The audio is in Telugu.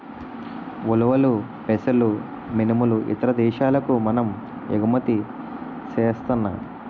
ఉలవలు పెసలు మినుములు ఇతర దేశాలకు మనము ఎగుమతి సేస్తన్నాం